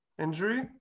injury